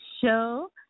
show